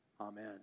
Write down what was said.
Amen